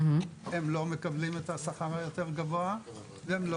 הם לא מקבלים את השכר היותר גבוה והם לא